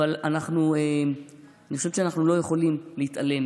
אבל אני חושבת שאנחנו לא יכולים להתעלם